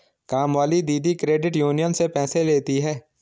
कामवाली दीदी credit union से पैसे लेती हैं